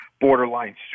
borderline